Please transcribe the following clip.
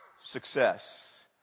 success